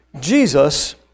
Jesus